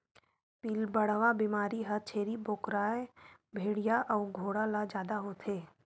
पिलबढ़वा बेमारी ह छेरी बोकराए भेड़िया अउ घोड़ा ल जादा होथे